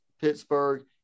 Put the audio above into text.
Pittsburgh